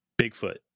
Bigfoot